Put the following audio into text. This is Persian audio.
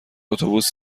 اتوبوس